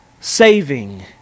saving